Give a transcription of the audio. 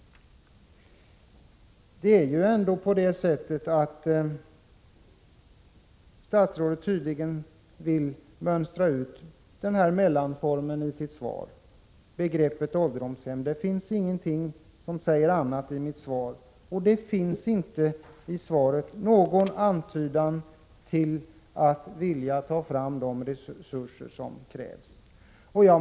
Av statsrådets svar att döma vill statsrådet tydligen mönstra ut den här mellanformen, dvs. begreppet ålderdomshem. Det finns ingenting som säger något annat i svaret. Svaret innehåller inte någon antydan om att man vill ta fram de resurser som krävs.